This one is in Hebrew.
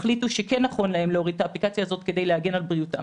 שכן נכון להם להוריד את האפליקציה הזאת כדי להגן על בריאותם.